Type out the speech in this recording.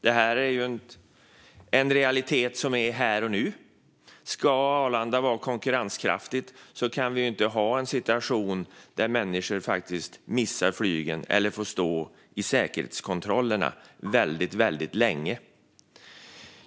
Detta är en realitet som är här och nu. Ska Arlanda vara konkurrenskraftigt kan vi inte ha en situation där människor faktiskt missar flygen eller får stå i säkerhetskontrollerna väldigt länge.